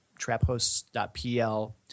traphosts.pl